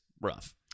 rough